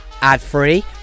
ad-free